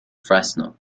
fresno